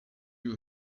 you